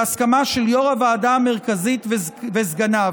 בהסכמה של יו"ר הוועדה המרכזית וסגניו.